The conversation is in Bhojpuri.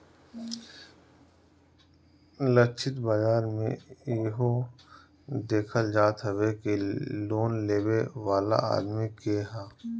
लक्षित बाजार में इहो देखल जात हवे कि लोन लेवे वाला आदमी के हवे